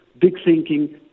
big-thinking